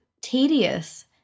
tedious